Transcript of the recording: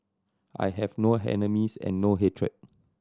I have no enemies and no hatred